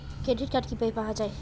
Credit card কিভাবে পাওয়া য়ায়?